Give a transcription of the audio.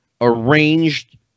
arranged